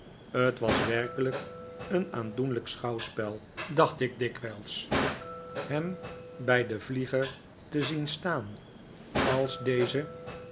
t was werkelijk een aandoenlijk schouwspel dacht ik dikwijls hem bij den vlieger te zien staan als deze